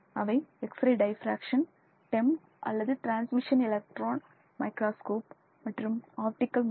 அவை X ray diffraction TEM அதாவது transmission electron microscope மற்றும் ஆப்டிகல் முறைகள்